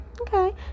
okay